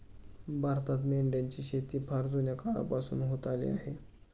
भारतात मेंढ्यांची शेती फार जुन्या काळापासून होत आली आहे